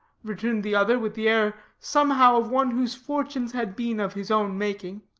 returned the other, with the air somehow of one whose fortunes had been of his own making